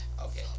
Okay